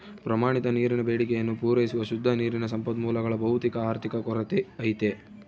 ಪ್ರಮಾಣಿತ ನೀರಿನ ಬೇಡಿಕೆಯನ್ನು ಪೂರೈಸುವ ಶುದ್ಧ ನೀರಿನ ಸಂಪನ್ಮೂಲಗಳ ಭೌತಿಕ ಆರ್ಥಿಕ ಕೊರತೆ ಐತೆ